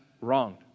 wronged